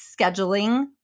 scheduling